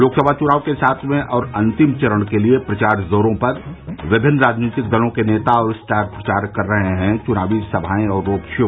लोकसभा चुनाव के सातवें और अंतिम चरण के लिए प्रचार जोरों पर विभिन्न राजनीतिक दलों के नेता और स्टार प्रचारक कर रहे हैं चुनावी सभाएं और रोड शो